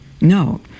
No